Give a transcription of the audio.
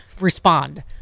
respond